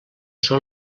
són